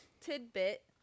tidbit